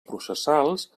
processals